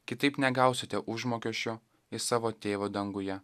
kitaip negausite užmokesčio iš savo tėvo danguje